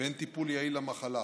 ואין טיפול יעיל למחלה.